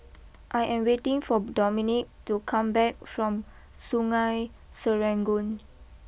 I am waiting for Dominique to come back from Sungei Serangoon